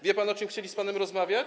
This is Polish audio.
Wie pan, o czym chcieli z panem rozmawiać?